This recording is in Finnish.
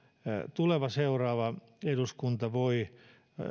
seuraava eduskunta voi